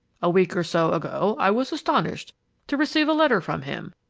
a week or so ago i was astonished to receive a letter from him,